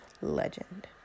legend